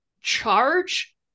charge